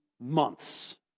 months